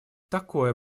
такое